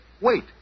Wait